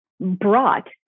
Brought